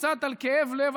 קצת על כאב לב,